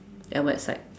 and website